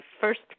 first